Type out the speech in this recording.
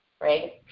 right